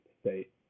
state